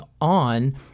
on